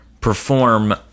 perform